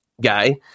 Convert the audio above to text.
guy